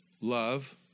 love